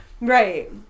Right